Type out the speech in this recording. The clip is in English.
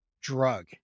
drug